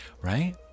Right